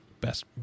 best